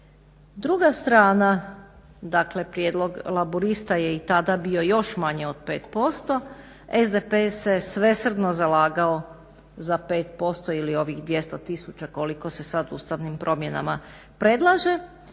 Druga strana dakle prijedlog Laburista je i tada bio još manje od 5%, SDP se svesrdno zalagao za 5% ili ovih 200 tisuća koliko se sad ustavnim promjenama predlaže,